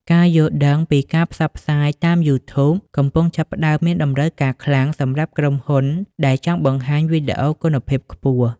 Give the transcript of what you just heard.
ការយល់ដឹងពីការផ្សព្វផ្សាយតាមយូធូប កំពុងចាប់ផ្តើមមានតម្រូវការខ្លាំងសម្រាប់ក្រុមហ៊ុនដែលចង់បង្ហាញវីដេអូគុណភាពខ្ពស់។